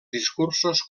discursos